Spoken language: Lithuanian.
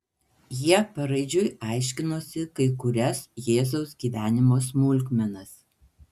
jie paraidžiui aiškinosi kai kurias jėzaus gyvenimo smulkmenas